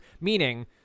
meaning